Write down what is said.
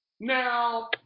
Now